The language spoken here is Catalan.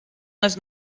les